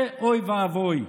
זה אוי ואבוי.